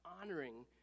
honoring